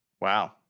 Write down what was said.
Wow